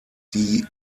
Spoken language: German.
die